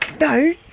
no